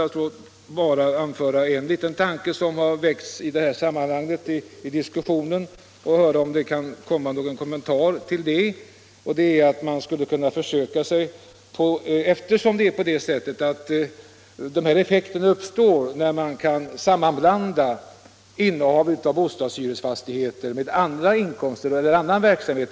Låt mig bara, herr statsråd, framföra en tanke som väckts i samband med diskussionen i denna fråga för att få en kommentar till den. De effekter jag talat om uppstår när innehav av bostadsfastighet kan sammanblandas med inkomst av annan verksamhet.